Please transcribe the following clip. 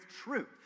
truth